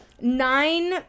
nine